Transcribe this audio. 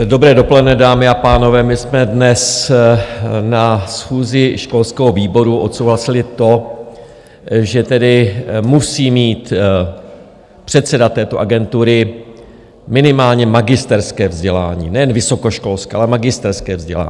Dobré dopoledne, dámy a pánové, my jsme dnes na schůzi školského výboru odsouhlasili to, že tedy musí mít předseda této agentury minimálně magisterské vzdělání, nejen vysokoškolské, ale magisterské vzdělání.